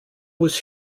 was